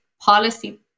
policy